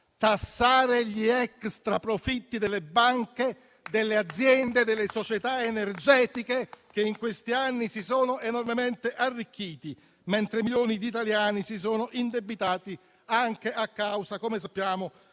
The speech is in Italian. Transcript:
tassare gli extra profitti delle banche, delle aziende, delle società energetiche che in questi anni si sono enormemente arricchite, mentre milioni di italiani si sono indebitati anche a causa, come sappiamo,